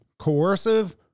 Coercive